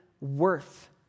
worth